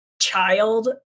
child